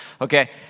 Okay